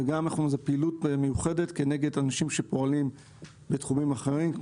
וכן נעשתה פעילות מיוחדת כנגד אנשים שפועלים בתחומים אחרים,